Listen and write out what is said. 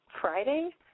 Friday